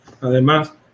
Además